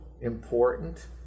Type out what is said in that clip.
important